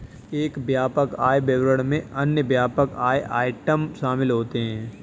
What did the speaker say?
एक व्यापक आय विवरण में अन्य व्यापक आय आइटम शामिल होते हैं